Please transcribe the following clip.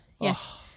yes